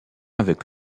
avec